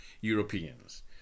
Europeans